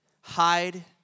Hide